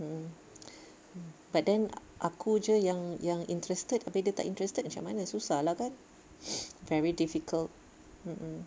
mmhmm but then aku jer yang yang interested abeh dia tak interested macam mana susah lah kan very difficult mm